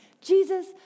Jesus